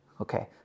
Okay